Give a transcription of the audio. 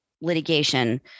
litigation